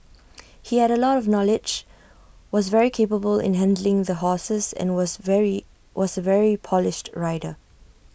he had A lot of knowledge was very capable in handling the horses and was very was A very polished rider